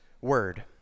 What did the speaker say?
word